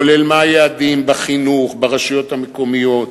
כולל מה היעדים בחינוך, ברשויות המקומיות,